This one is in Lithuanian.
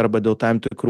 arba dėl tam tikrų